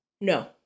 No